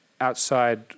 outside